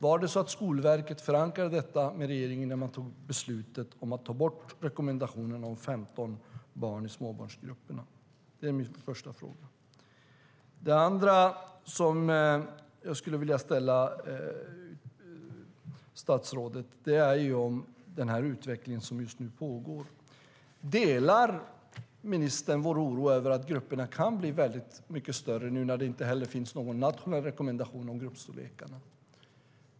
Förankrade Skolverket detta i regeringen när man tog beslutet om att ta bort rekommendationen om 15 barn i småbarnsgrupperna? Det är min första fråga. Det andra som jag skulle vilja fråga statsrådet om gäller den utveckling som just nu pågår. Delar ministern vår oro över att grupperna kan bli mycket större nu när det inte heller finns någon nationell rekommendation om gruppstorlekarna?